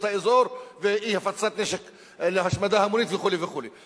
האזור ואי-הפצת נשק להשמדה המונית וכו' וכו'.